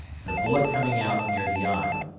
the bullet coming out near the eye.